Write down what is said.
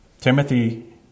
Timothy